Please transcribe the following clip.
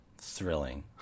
thrilling